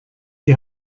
die